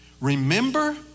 Remember